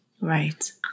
Right